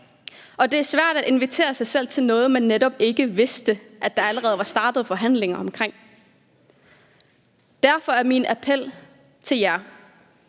Og det er svært at invitere sig selv til noget, man netop ikke vidste at der allerede var startet forhandlinger om. Derfor er min appel til jer: